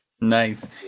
nice